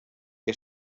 què